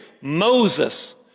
Moses